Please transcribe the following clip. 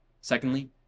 Secondly